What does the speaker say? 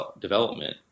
development